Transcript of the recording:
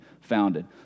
founded